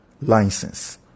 license